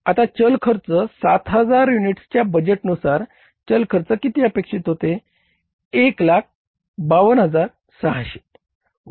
आता चल खर्च 7000 युनिट्सच्या बजेटनुसार चल खर्च किती अपेक्षित होते 152600